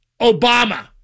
Obama